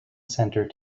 center